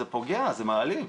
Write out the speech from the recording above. זה פוגע, זה מעליב.